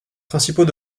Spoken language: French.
principaux